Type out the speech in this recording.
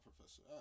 professor